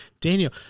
Daniel